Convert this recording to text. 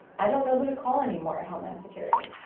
i don't know who to call anymore at homeland security.